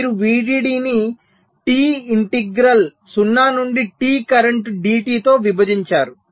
మీరు VDD ని T integral 0 నుండి T కరెంటు dt తో విభజించారు